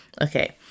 Okay